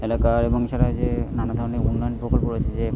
এলাকা এবং সেখানে যে নানা ধরনের অন্যান্য প্রকল্প রয়েছে যে